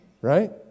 Right